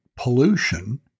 pollution